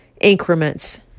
increments